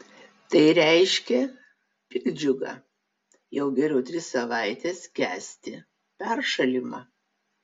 tai reiškia piktdžiugą jau geriau tris savaites kęsti peršalimą